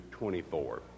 24